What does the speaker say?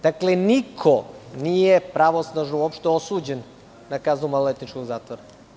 Dakle, niko nije pravosnažno osuđen na kaznu maloletničkog zatvora.